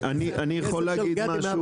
אני יכול להגיד משהו?